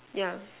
yeah